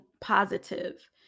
positive